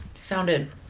sounded